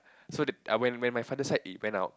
so the I when when my father side it went up